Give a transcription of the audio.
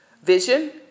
Vision